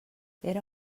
era